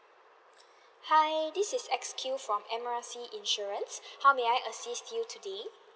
hi this is X_Q from M R C insurance how may I assist you today